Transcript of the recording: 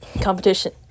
Competition